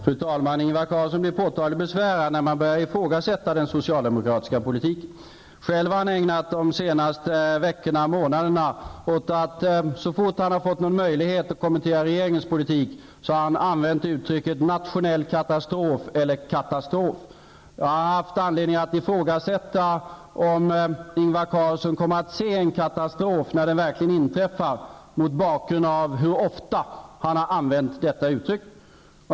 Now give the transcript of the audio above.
Fru talman! Ingvar Carlsson blir påtagligt besvärad när man börjar ifrågasätta den socialdemokratiska politiken. Själv har han de senaste veckorna och månaderna, så fort han har fått någon möjlighet att kommentera regeringens politik, använt uttrycket ''nationell katastrof'' eller ''katastrof''. Jag har haft anledning att ifrågasätta om Ingvar Carlsson kommer att se en katastrof när den verkligen inträffar -- mot bakgrund av hur ofta han har använt detta uttryck.